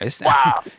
Wow